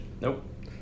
Nope